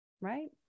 right